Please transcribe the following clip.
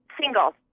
Single